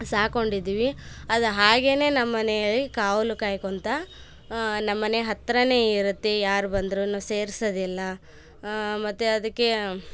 ಸಾಕೊಂಡಿದ್ದೀವಿ ಅದು ಹಾಗೇ ನಮ್ಮನೆಯಲ್ಲಿ ಕಾವಲು ಕಾಯ್ಕೊಂತ ನಮ್ಮನೆ ಹತ್ರನೆ ಇರುತ್ತೆ ಯಾರು ಬಂದ್ರೂ ಸೇರಿಸೋದಿಲ್ಲ ಮತ್ತೆ ಅದಕ್ಕೆ